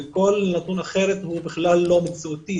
וכל נתון אחר בכלל לא מציאותי.